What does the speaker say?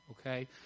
okay